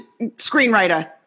screenwriter